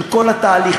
של כל התהליך,